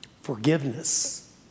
forgiveness